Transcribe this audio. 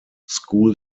school